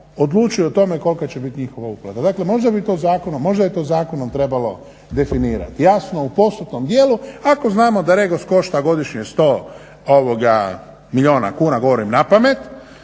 odlučuju o tome kolika će bit njihova uplata. Dakle možda je to zakonom trebalo definirati jasno u postotno dijelu ako znamo da REGOS košta godišnje 100 milijuna kuna, govorim napamet,